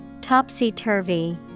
Topsy-turvy